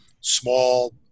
small